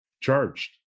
charged